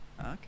okay